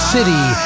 City